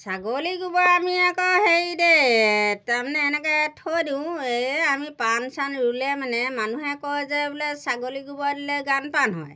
ছাগলী গোবৰ আমি আকৌ হেৰি দেই তাৰমানে এনেকৈ থৈ দিওঁ এই আমি পাণ চান ৰুলে মানে মানুহে কয় যে বোলে ছাগলী গোবৰ দিলে গান পাণ হয়